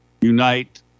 unite